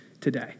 today